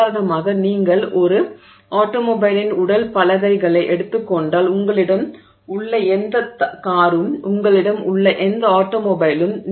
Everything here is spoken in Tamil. உதாரணமாக நீங்கள் ஒரு ஆட்டோமொபைலின் உடல் பலகைகளை எடுத்துக் கொண்டால் உங்களிடம் உள்ள எந்த காரும் உங்களிடம் உள்ள எந்த ஆட்டோமொபைலும்